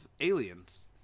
aliens